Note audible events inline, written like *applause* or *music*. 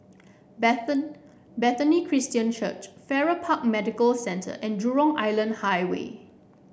*unintelligible* Bethany Christian Church Farrer Park Medical Centre and Jurong Island Highway